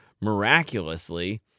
miraculously